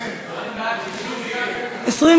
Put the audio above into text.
נתקבלה.